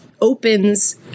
opens